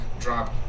drop